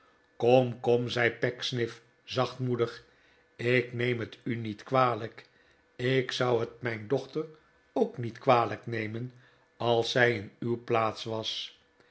kom kom zei pecksniff zachtmoedig ik neem het u niet kwalijk ik zou het mijn dochter ook niet kwalijk nemen als zij in uw plaats was